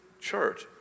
church